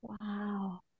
Wow